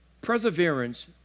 perseverance